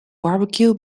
barbecue